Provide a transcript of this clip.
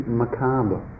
macabre